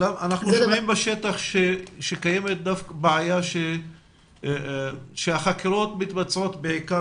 אנחנו שומעים בשטח שקיימת בעיה שהחקירות מתבצעות בעיקר